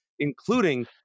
including